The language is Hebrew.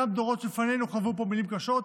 גם דורות לפנינו חוו פה מילים קשות,